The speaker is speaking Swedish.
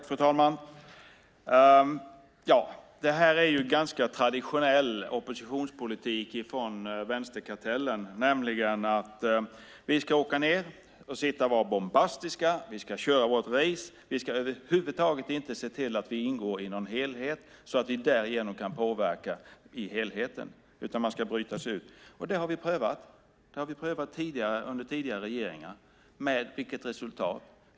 Fru talman! Det är en ganska traditionell oppositionspolitik från vänsterkartellen, nämligen att vi ska åka ned till Bryssel och sitta där och vara bombastiska och köra vårt race. Vi ska över huvud taget inte se till att vi ingår i någon helhet, så att vi därigenom kan påverka helheten, utan vi ska bryta oss ut. Det har vi prövat under tidigare regeringar. Med vilket resultat?